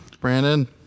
Brandon